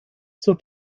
zur